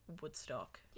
Woodstock